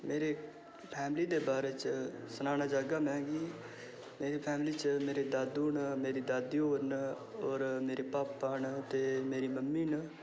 ते मेरी फैमिली दे बारे च सनान्ना चाह्गा में कि मेरी फैमिली च मेरे दादू न मेरी दादी न ते होर मेरे पापा न मेरी मम्मी न